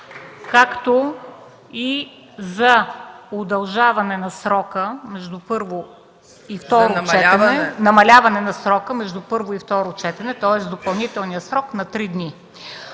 както и за намаляване на срока между първо и второ четене, тоест допълнителния срок, на три дни.